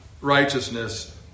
Righteousness